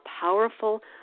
powerful